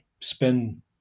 spend